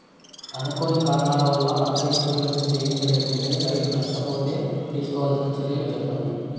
అనుకోని కారణాల వల్ల, పంట ఇన్సూరెన్సు చేయించలేకుంటే, రైతు నష్ట పోతే తీసుకోవాల్సిన చర్యలు సెప్పండి?